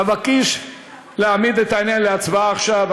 אבקש להעמיד את העניין להצבעה עכשיו.